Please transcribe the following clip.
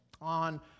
on